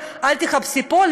והוא אמר: אל תחפשי פה,